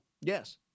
Yes